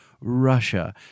Russia